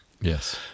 Yes